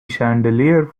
chandelier